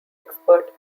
expert